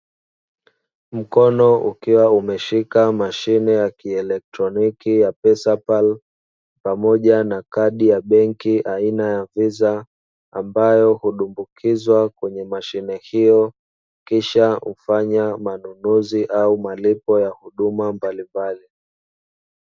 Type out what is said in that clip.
Mkono ukiwa umeshika mashine ya kieletroniki ya "pesapal" pamoja na kadi ya benki aina ya VISA, ambayo hudumbukizwa kwenye mashine hiyo kisha hufanya manunuzi au malipo ya huduma mbalimbali.